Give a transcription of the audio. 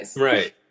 Right